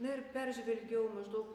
na ir peržvelgiau maždaug